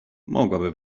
mogłaby